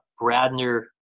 Bradner